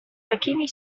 takimi